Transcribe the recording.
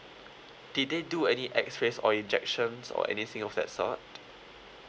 did they do any X-rays or injections or anything of that sort